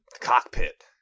cockpit